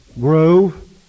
grove